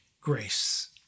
grace